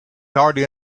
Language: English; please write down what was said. hardly